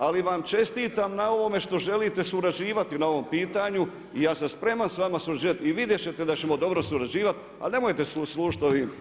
Ali vam čestitam na ovome što želite surađivati na ovom pitanju i ja sam spreman s vama surađivat i vidjet ćete da ćemo dobro surađivati, ali nemojte se služiti